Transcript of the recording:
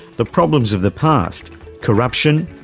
the problems of the past corruption,